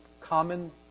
common